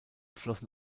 flossen